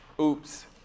oops